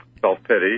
self-pity